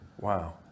Wow